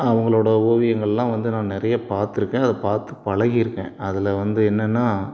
அவர்களோட ஓவியங்களெலாம் வந்து நான் நிறைய பார்த்துருக்கேன் அதை பார்த்து பழகியிருக்கேன் அதில் வந்து என்னென்னா